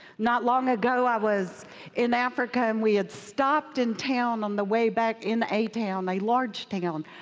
not long ago, i was in africa, and we had stopped in town on the way back in a town, a large town,